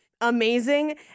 amazing